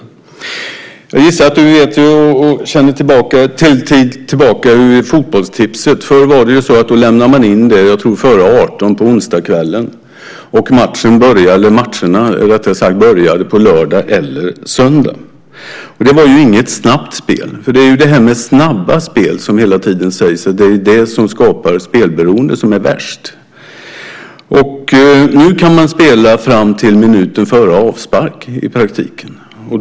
Jag gissar att du känner till hur det var en tid tillbaka med fotbollstipset. Förr lämnade man in tipset före kl. 18 på onsdagskvällen och matcherna började på lördagen eller söndagen. Det var inget snabbt spel. Det är ju snabba spel som skapar det spelberoende som är värst. Nu kan man spela fram till minuten före avspark i praktiken.